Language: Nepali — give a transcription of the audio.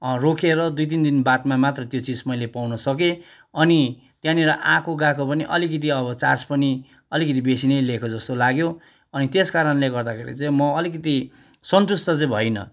रोकेर दुई तिन दिन बादमा मात्र त्यो चिज मैले पाउन सकेँ अनि त्यहाँनिर आएको गएको पनि अलिकति अब चार्ज पनि अलिकति बेसी नै लिएको जस्तो लाग्यो अनि त्यसकारणले गर्दाखेरि चाहिँ म अलिकति सन्तुष्ट चाहिँ भइनँ